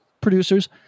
producers